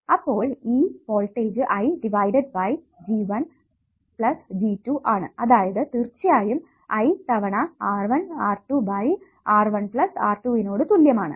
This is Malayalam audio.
അപ്പോൾ ഈ voltage I divided by G1 plus G2 ആണ് അതായത് തീർച്ചയായും I തവണ R1 R2 by R1 plus R2 നോട് തുല്യം ആണ്